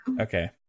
Okay